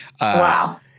Wow